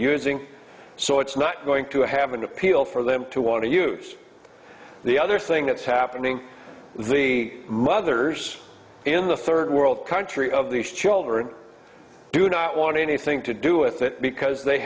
using so it's not going to have an appeal for them to want to use the other thing that's happening the mothers in the third world country of these children do not want anything to do with it because they